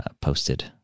posted